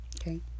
Okay